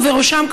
ובראשן,